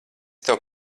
tev